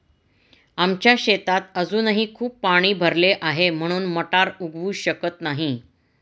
आमच्या शेतात अजूनही खूप पाणी भरले आहे, म्हणून मटार उगवू शकत नाही